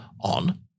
on